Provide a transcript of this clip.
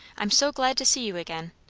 i'm so glad to see you again.